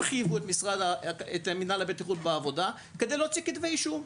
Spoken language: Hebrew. חייבו את מינהל הבטיחות בעבודה כדי להוציא כתבי אישום.